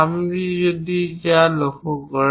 আপনি যদি লক্ষ্য করেন